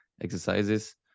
exercises